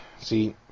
See